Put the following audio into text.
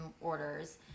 orders